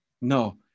No